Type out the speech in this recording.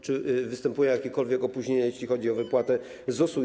Czy występują jakiekolwiek opóźnienia, jeśli chodzi o wypłatę ZUS-u?